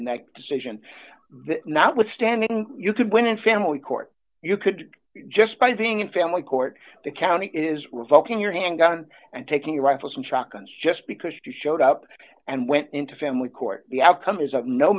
that decision not withstanding you could win in family court you could just by being in family court the county is revoking your handgun and taking rifles and shotguns just because she showed up and went into family court the outcome is of no